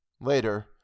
Later